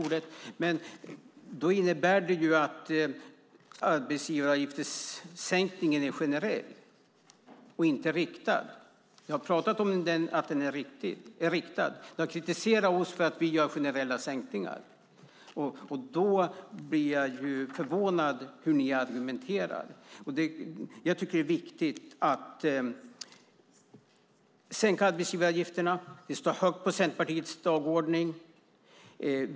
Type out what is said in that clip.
Fru talman! Då innebär det att arbetsgivaravgiftssänkningen är generell och inte riktad. Du har pratat om att den är riktad. Du har kritiserat oss för att vi gör generella sänkningar. Jag blir förvånad över hur ni argumenterar. Det är viktigt att sänka arbetsgivaravgifterna. Det står högt på Centerpartiets dagordning.